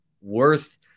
worth